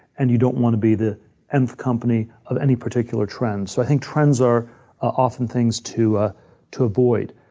and you don't want to be the nth company of any particular trend. so i think trends are often things to ah to avoid.